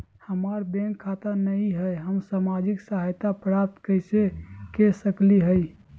हमार बैंक खाता नई हई, हम सामाजिक सहायता प्राप्त कैसे के सकली हई?